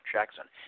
Jackson